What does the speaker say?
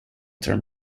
term